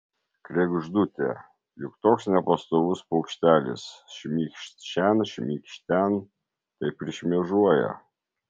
kregždutė juk toks nepastovus paukštelis šmykšt šen šmykšt ten taip ir šmėžuoja